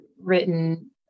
written